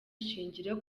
ishingiro